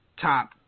top